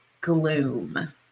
gloom